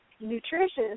nutritious